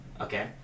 okay